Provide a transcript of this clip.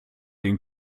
den